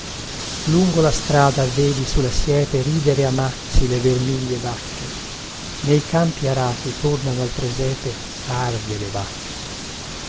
lungo la strada vedi su la siepe ridere a mazzi le vermiglie bacche nei campi arati tornano al presepe tarde le vacche